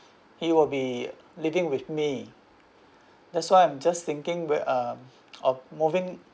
he will be living with me that's why I'm just thinking where um of moving